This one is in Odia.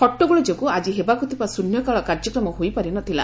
ହଟଟଗୋଳ ଯୋଗୁ ଆକି ହେବାକୁ ଥିବା ଶ୍ରିନ୍ୟକାଳ କାର୍ଯ୍ୟକ୍ରମ ହୋଇ ପାରି ନ ଥିଲା